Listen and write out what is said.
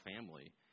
family